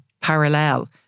parallel